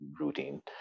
routine